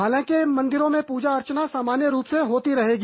हालांकि मंदिरों में पूजा अर्चना सामान्य रूप से होती रहेगी